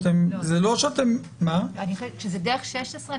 זה לא שאתם --- כשזה דרך 16,